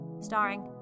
starring